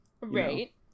right